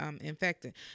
infected